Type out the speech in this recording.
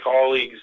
colleagues